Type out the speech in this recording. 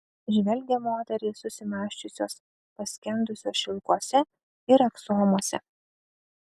žvelgia moterys susimąsčiusios paskendusios šilkuose ir aksomuose